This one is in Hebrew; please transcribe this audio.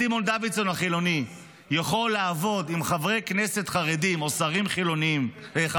סימון דוידסון החילוני יכול לעבוד עם חברי כנסת חרדים או שרים חרדים,